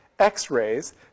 X-rays